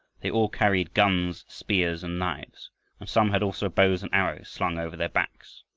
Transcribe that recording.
they all carried guns, spears, and knives and some had also bows and arrows slung over their backs.